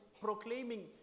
proclaiming